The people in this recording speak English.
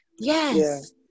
Yes